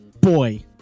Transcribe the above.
Boy